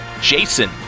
Jason